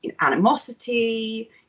animosity